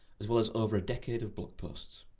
as well as over a decade of blog posts.